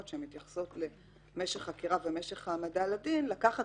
שמתייחסות למשך חקירה ומשך העמדה לדין לקחת